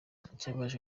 ikibabaje